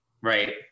right